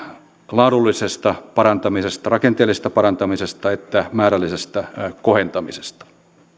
laadullisesta parantamisesta rakenteellisesta parantamisesta että määrällisestä kohentamisesta